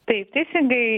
tai teisingai